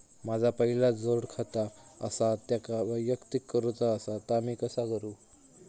माझा पहिला जोडखाता आसा त्याका वैयक्तिक करूचा असा ता मी कसा करू?